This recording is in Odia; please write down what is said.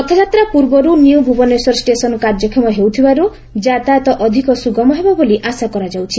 ରଥଯାତ୍ରା ପୂର୍ବରୁ ନ୍ୟୁ ଭୁବନେଶ୍ୱର ଷ୍ଟେସନ୍ କାର୍ଯ୍ୟକ୍ଷମ ହେଉଥିବାର୍ ଯାତାୟତ ଅଧିକ ସୁଗମ ହେବ ବୋଲି ଆଶା କରାଯାଉଛି